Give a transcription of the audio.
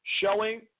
showing